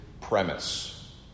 premise